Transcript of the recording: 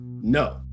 No